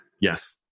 Yes